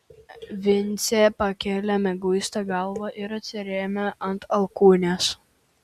vincė pakėlė mieguistą galvą ir atsirėmė ant alkūnės